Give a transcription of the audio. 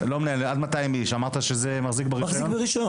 עד 200 איש זה המחזיק ברישיון.